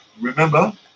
remember